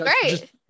Great